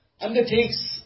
undertakes